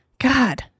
God